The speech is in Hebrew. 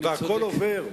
והכול עובר,